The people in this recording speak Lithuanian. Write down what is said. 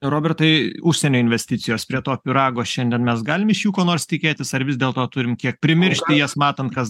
robertai užsienio investicijos prie to pyrago šiandien mes galim iš jų ko nors tikėtis ar vis dėlto turim kiek primiršti jas matant kas